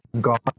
God